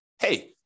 hey